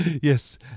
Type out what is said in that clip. yes